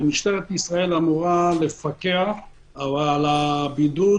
ומשטרת ישראל אמורה לפקח על הבידוד,